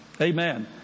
Amen